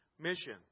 mission